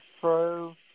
pro